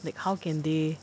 like how can they